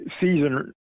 season